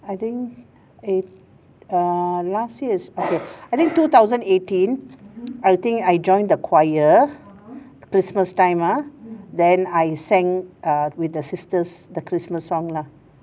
I think eight uh last year is okay I think two thousand eighteen I think I joined the choir christmas time ah then I sang err with the sisters the christmas song lah